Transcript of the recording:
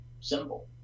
symbol